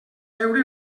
veure